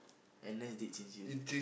N_S did change you